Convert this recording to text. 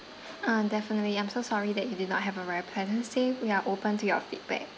ah definitely I'm so sorry that you did not have a very pleasant stay we are open to your feedback